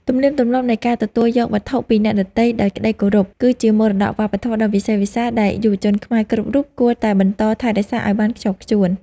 ទំនៀមទម្លាប់នៃការទទួលយកវត្ថុពីអ្នកដទៃដោយក្តីគោរព គឺជាមរតកវប្បធម៌ដ៏វិសេសវិសាលដែលយុវជនខ្មែរគ្រប់រូបគួរតែបន្តថែរក្សាឱ្យបានខ្ជាប់ខ្ជួន។